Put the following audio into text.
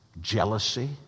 jealousy